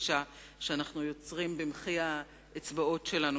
הקשה שאנחנו יוצרים במחי האצבעות שלנו,